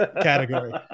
category